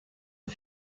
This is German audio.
und